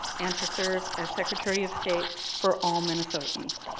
and to serve as secretary of state for all minnesotans.